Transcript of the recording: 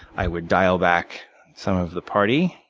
i would dial back some of the party,